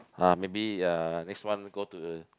uh maybe uh next one go to